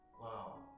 wow